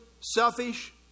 selfish